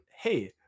hey